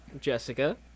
Jessica